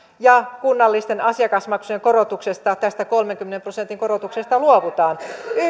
ja kunnallisten asiakasmaksujen korotuksesta tästä kolmenkymmenen prosentin korotuksesta luovutaan